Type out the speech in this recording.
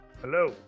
Hello